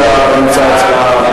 סעיפים 68 79,